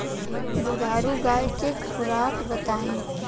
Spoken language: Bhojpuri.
दुधारू गाय के खुराक बताई?